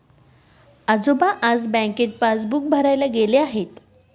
आजोबा आज बँकेत पासबुक भरायला गेले आहेत